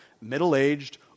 middle-aged